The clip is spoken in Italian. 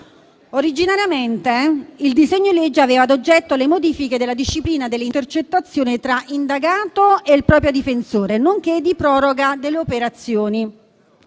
Originariamente il disegno di legge aveva ad oggetto le modifiche della disciplina delle intercettazioni tra l'indagato e il proprio difensore, nonché di proroga delle operazioni.